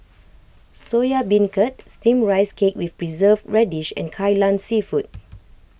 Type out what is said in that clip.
Soya Beancurd Steamed Rice Cake with Preserved Radish and Kai Lan Seafood